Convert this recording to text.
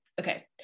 Okay